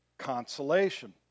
consolation